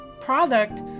product